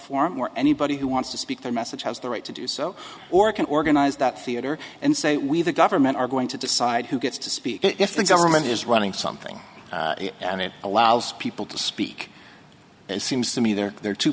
forum where anybody who wants to speak their message has the right to do so or can organize that theater and say we the government are going to decide who gets to speak if the government is running something and it allows people to speak it seems to me there are two